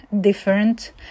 different